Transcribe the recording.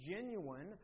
genuine